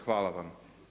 Hvala vam.